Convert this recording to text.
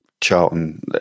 Charlton